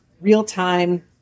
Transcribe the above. real-time